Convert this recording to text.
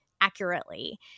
accurately